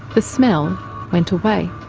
the smell went away.